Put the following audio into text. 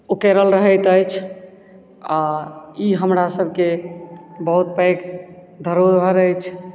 उकेड़ल रहैत अछि आ ई हमरा सबके बहुत पैघ धरोहर अछि